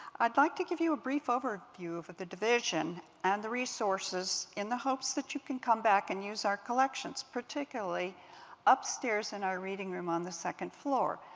i'd like to give you a brief overview of of the division and the resources, in the hopes that you can come back and use our collections, particularly upstairs in our reading room on the second floor.